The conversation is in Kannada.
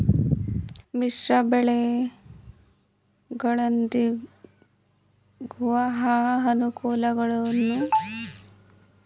ಮಿಶ್ರ ಬೆಳೆಗಳಿಂದಾಗುವ ಅನುಕೂಲಗಳೇನು?